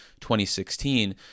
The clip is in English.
2016